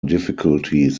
difficulties